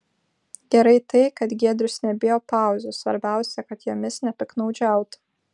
gerai tai kad giedrius nebijo pauzių svarbiausia kad jomis nepiktnaudžiautų